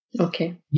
Okay